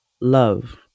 love